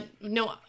No